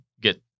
get